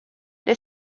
they